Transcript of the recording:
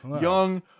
Young